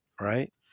right